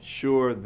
sure